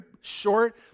short